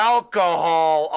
Alcohol